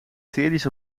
series